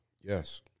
yes